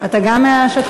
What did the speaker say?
אתה גם מהשתקנים?